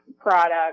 product